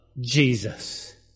Jesus